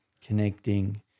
connecting